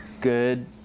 good